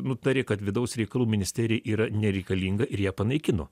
nutarė kad vidaus reikalų ministerija yra nereikalinga ir ją panaikino